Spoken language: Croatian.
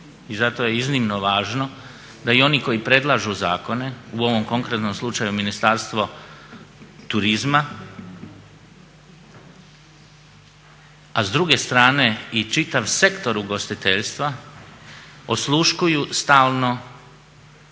I zato je iznimno važno da i oni koji predlažu zakone, u ovom konkretnom slučaju Ministarstvo turizma, a s druge strane i čitav sektor ugostiteljstva, osluškuju stalno